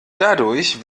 dadurch